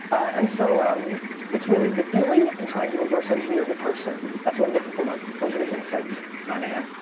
and so um it's really the feeling, and trying to reverse-engineer the person. that's what i'm looking for, mark. those are the insights, insights, my man.